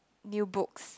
new books